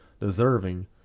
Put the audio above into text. deserving